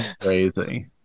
Crazy